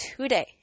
today